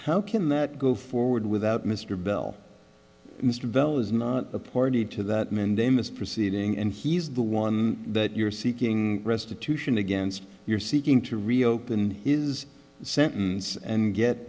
how can that go forward without mr bell mr bell is not a party to that mandamus proceeding and he's the one that you're seeking restitution against you're seeking to reopen his sentence and get